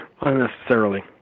unnecessarily